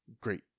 great